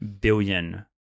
billion